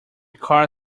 car